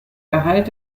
gehalt